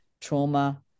trauma